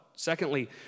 Secondly